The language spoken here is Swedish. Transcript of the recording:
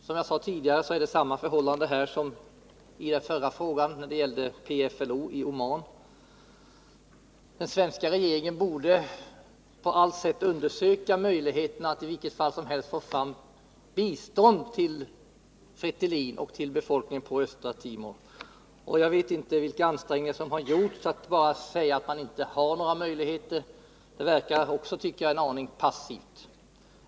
Som jag sade tidigare är det samma förhållande här som i den förra frågan när det gällde PFLO i Oman. Den svenska regeringen borde på allt sätt undersöka möjligheterna att åtminstone få fram bistånd till Fretilin och befolkningen på Östra Timor. Jag vet inte vilka ansträngningar som gjorts, men att bara säga att det inte finns några möjligheter verkar aningen passivt.